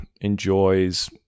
enjoys